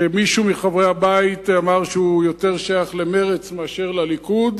שמישהו מחברי הבית אמר שהוא שייך יותר למרצ מאשר לליכוד,